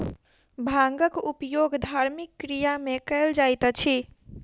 भांगक उपयोग धार्मिक क्रिया में कयल जाइत अछि